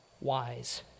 wise